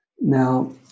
Now